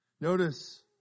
Notice